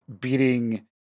beating